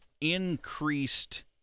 increased